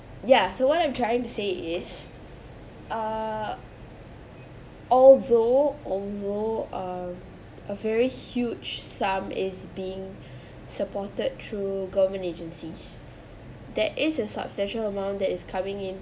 ya so what I'm trying to say is err although although um a very huge sum is being supported through government agencies that is a substantial amount that is coming in